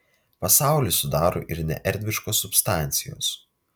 pasaulį sudaro ir neerdviškos substancijos